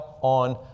on